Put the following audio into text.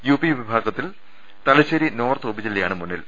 UP വിഭാഗത്തിൽ Thalassery north ഉപജില്ലയാണ് മുന്നിൽ